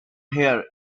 here